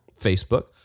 Facebook